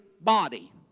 body